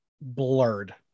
blurred